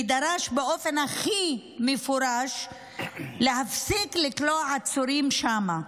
ודרש באופן הכי מפורש להפסיק לכלוא עצורים שם.